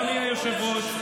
אדוני היושב-ראש,